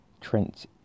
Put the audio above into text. Trent